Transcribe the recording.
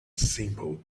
simply